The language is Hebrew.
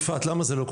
יפעת, למה זה לא קורה?